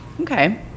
okay